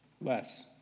less